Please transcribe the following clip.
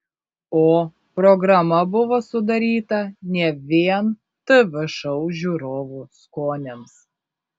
o programa buvo sudaryta ne vien tv šou žiūrovų skoniams